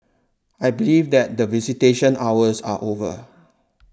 I believe that the visitation hours are over